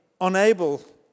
unable